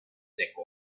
seco